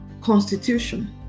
constitution